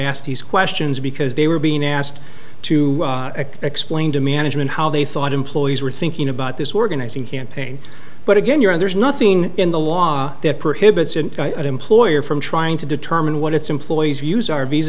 asked these questions because they were being asked to explain to management how they thought employees were thinking about this organizing campaign but again you're there's nothing in the law that prohibits an employer from trying to determine what its employees views ar